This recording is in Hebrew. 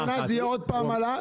בעוד חצי שנה תהיה עוד פעם העלאה.